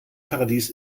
paradies